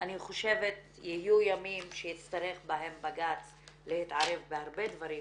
אני חושבת שיהיו ימים שבג"ץ יצטרך להתערב בהרבה דברים,